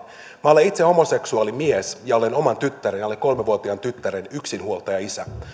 minä olen itse homoseksuaali mies ja olen oman tyttäreni alle kolmevuotiaan tyttären yksinhuoltajaisä